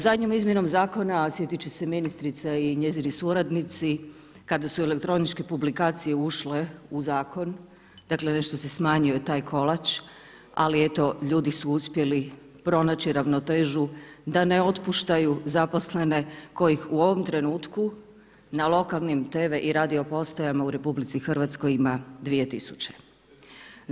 Zadnjom izmjenom zakona a sjetiti će se ministrica i njezini suradnici kada su elektroničke publikacije ušle u zakon, dakle nešto se smanjio taj kolač ali eto ljudi su uspjeli pronaći ravnotežu da ne otpuštaju zaposlene kojih u ovom trenutku na lokalnim tv i radio postajama u RH ima 2 tisuće.